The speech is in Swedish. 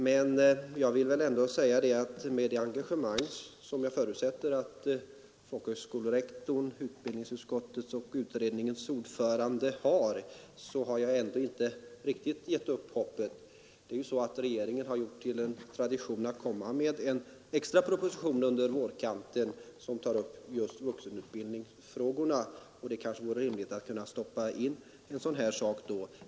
Men med tanke på det engagemang som jag förutsätter att folkhögskolerektorn, utbildningsutskottets och utredningens ordförande känner, har jag ändå inte riktigt givit upp hoppet. Det är ju så att regeringen gjort till tradition att på vårkanten framlägga en extra proposition som tar upp vuxenutbildningsfrågorna, och det bör vara möjligt att stoppa in ett sådant förslag i den.